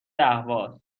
اهواز